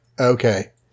Okay